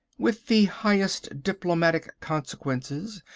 with the highest diplomatic consequences,